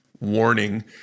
warning